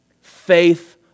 Faith